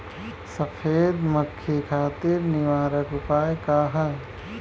सफेद मक्खी खातिर निवारक उपाय का ह?